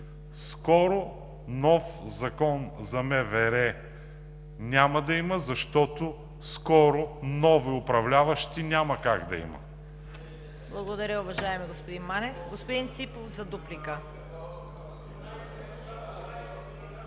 Скоро нов Закон за МВР няма да има, защото скоро нови управляващи няма как да има.